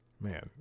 man